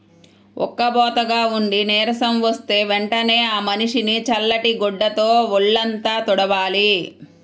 ఉక్కబోతగా ఉండి నీరసం వస్తే వెంటనే ఆ మనిషిని చల్లటి గుడ్డతో వొళ్ళంతా తుడవాలి